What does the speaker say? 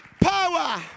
power